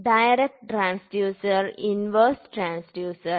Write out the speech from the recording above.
direct transducer inverse transducer